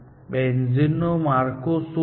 બેન્ઝિનનું માળખું શું છે